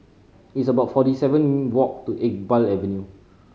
it's about forty seven walk to Iqbal Avenue